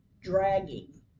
dragging